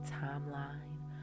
timeline